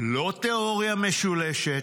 לא תיאוריה משולשת,